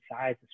size